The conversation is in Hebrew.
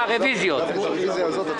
אתמול הוגשו רוויזיות על